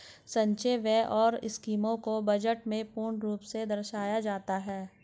संचय व्यय और स्कीमों को बजट में पूर्ण रूप से दर्शाया जाता है